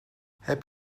heb